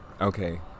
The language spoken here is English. Okay